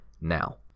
now